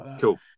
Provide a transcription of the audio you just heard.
cool